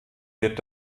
wird